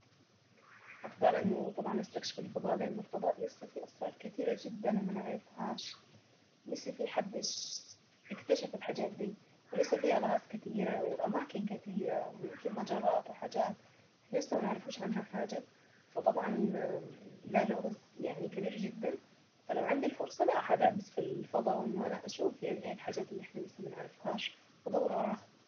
اختار انه طبعا استكشف الفضاء لانه الفضاء لسة فيه اسرار كثيرة جدا ما نعرفهاش لسه في محدش اكتشف الحاجات دي. ولسه في الغاز كتيرة واماكن كتيرة ويمكن مجرات وحاجات لسه ما نعرفوش عنها حاجة فطبعا ده لغز يعني كبير جدا فلو فرصة لا هعرف في الفضاء وانه انا اشوف يعني ايه الحاجات اللي احنا لسه ما نعرفهاش ادور وراها.